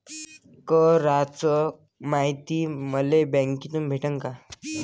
कराच मायती मले बँकेतून भेटन का?